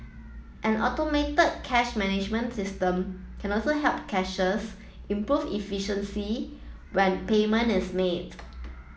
an automated cash management system can also help cashiers improve efficiency when payment is made